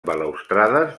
balustrades